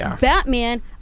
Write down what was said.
Batman